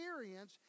experience